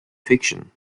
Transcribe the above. fiction